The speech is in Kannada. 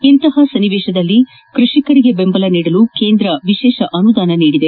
ಇಂತಹ ಸನ್ನಿವೇಶದಲ್ಲಿ ಕೈಷಿಕರಿಗೆ ಬೆಂಬಲ ನೀಡಲು ಕೇಂದ್ರ ವಿಶೇಷ ಅನುದಾನ ನೀಡಿದೆ